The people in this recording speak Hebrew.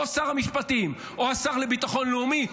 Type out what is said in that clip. או שר המשפטים או השר לביטחון לאומי,